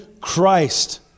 Christ